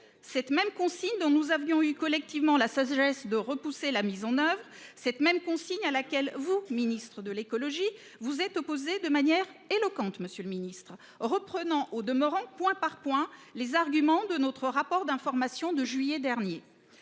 cette même consigne dont nous avions eu collectivement la sagesse de repousser la mise en œuvre, cette même consigne à laquelle vous, ministre de la transition écologique, vous êtes opposé de manière éloquente, reprenant au demeurant point par point les arguments de notre rapport d’information relatif